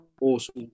Awesome